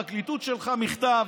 הפרקליטות שלחה מכתב,